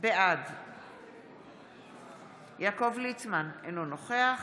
בעד יעקב ליצמן, אינו נוכח